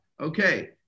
Okay